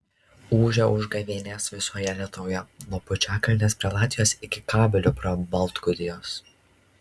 ūžia užgavėnės visoje lietuvoje nuo pučiakalnės prie latvijos iki kabelių prie baltgudijos